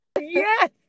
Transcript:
yes